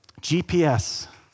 GPS